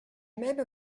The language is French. même